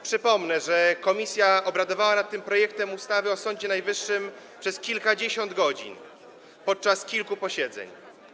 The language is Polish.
Przypomnę, że komisja obradowała nad tym projektem ustawy o Sądzie Najwyższym przez kilkadziesiąt godzin podczas kilku posiedzeń.